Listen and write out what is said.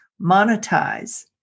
monetize